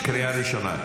קריאה ראשונה.